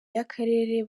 y’akarere